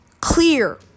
clear